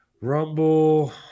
Rumble